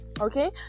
okay